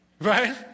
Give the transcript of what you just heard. Right